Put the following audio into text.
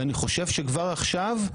ואני חושב שכבר עכשיו,